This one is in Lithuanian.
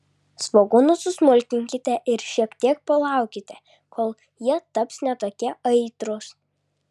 svogūnus susmulkinkite ir šiek tiek palaukite kol jie taps ne tokie aitrūs